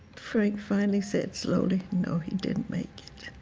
frank finally said slowly. no, he didn't make